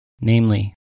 namely